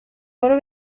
برو